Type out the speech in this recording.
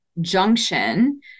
junction